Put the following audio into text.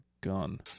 Gun